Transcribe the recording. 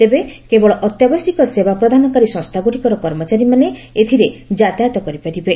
ତେବେ କେବଳ ଅତ୍ୟାବଶ୍ୟକ ସେବା ପ୍ରଦାନକାରୀ ସଂସ୍ଥାଗୁଡ଼ିକର କର୍ମଚାରୀମାନେ ଏଥିରେ ଯାତାୟାତ କରିପାରିବେ